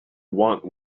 want